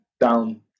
down